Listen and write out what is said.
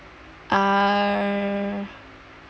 uh